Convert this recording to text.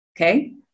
Okay